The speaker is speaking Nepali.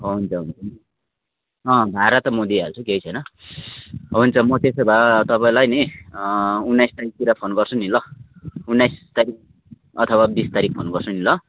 हुन्छ हुन्छ भाडा त म दिइहाल्छु केही छैन हुन्छ म त्यसो भए तपाईँलाई नि उन्नाइस तारिकतिर फोन गर्छु नि ल उन्नाइस तारिक अथवा बिस तारिक फोन गर्छु नि ल